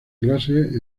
clases